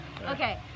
Okay